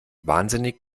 wahnsinnig